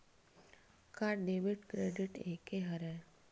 का debit credit एके हरय?